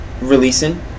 releasing